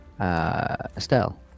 Estelle